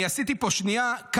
אני עשיתי פה שנייה,